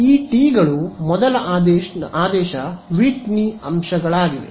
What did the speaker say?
ಈ ಟಿ ಗಳು ಮೊದಲ ಆದೇಶ ವಿಟ್ನಿ ಅಂಶಗಳಾಗಿವೆ